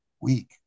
week